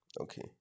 Okay